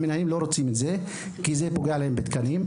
והמנהלים לא רוצים לאפשר את זה כי זה פוגע להם בתקנים.